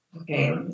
Okay